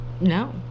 No